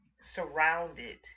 surrounded